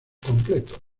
completo